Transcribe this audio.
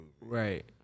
right